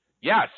Yes